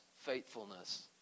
faithfulness